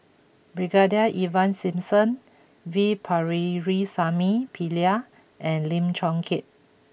Brigadier Ivan Simson V Pakirisamy Pillai and Lim Chong Keat